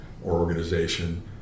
organization